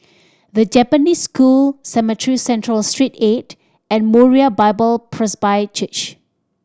The Japanese School Cemetry Central Street Eight and Moriah Bible Presby Church